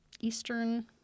eastern